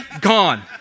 gone